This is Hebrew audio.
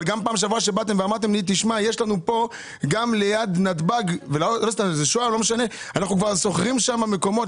אבל גם בפעם שעברה אמרתם שגם ליד נתב"ג אנחנו שוכרים מקומות,